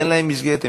אין להם מסגרת?